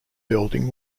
building